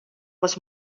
was